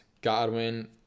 Godwin